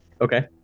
Okay